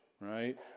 right